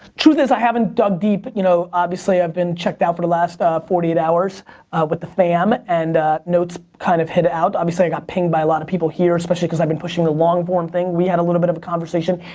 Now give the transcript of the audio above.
truth is, i haven't dug deep. you know obviously, i've been checked out for the last ah forty eight hours with the fam and notes kind of hit out. obviously i got pinged by a lot of people here especially cause i've been pushing the longform thing. we had a little bit of a conversation.